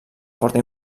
forta